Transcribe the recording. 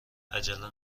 عجله